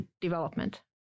development